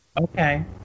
Okay